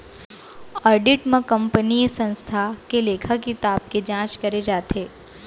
audit म कंपनीय संस्था के लेखा किताब के जांच करे जाथे